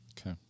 Okay